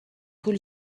پول